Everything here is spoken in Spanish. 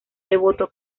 devoto